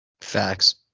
Facts